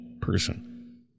person